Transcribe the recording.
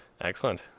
Excellent